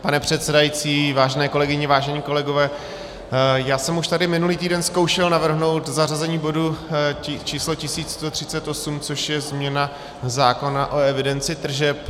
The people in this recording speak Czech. Pane předsedající, vážené kolegyně, vážení kolegové, já jsem už tady minulý týden zkoušel navrhnout zařazení bodu číslo 1138, což je změna zákona o evidenci tržeb.